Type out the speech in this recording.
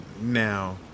now